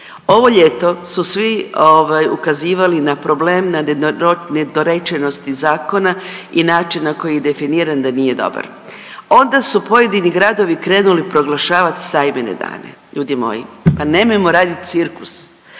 Ovo ljeto su svi ovaj ukazivali na problem nedorečenosti zakona i način na koji je definiran da nije dobar. Onda su pojedini gradovi krenuli proglašavati sajmene dane. Ljudi moji, pa nemojmo radit cirkus.